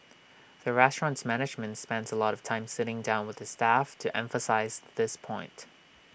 the restaurant's management spends A lot of time sitting down with the staff to emphasise this point